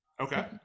okay